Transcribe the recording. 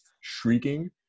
shrieking